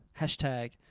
hashtag